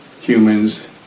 humans